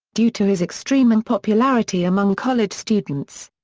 due to his extreme unpopularity among college students.